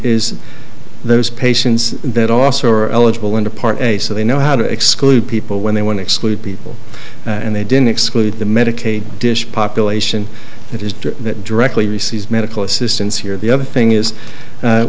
is those patients that also are eligible under part a so they know how to exclude people when they want to exclude people and they didn't exclude the medicaid dish population that is that directly receives medical assistance here the other thing is